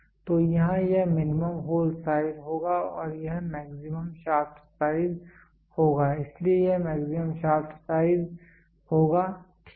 तो यहाँ यह मिनिमम होल साइज होगा और यह मैक्सिमम शाफ्ट साइज होगा इसलिए यह मैक्सिमम शाफ्ट साइज होगा ठीक है